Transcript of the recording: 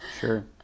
Sure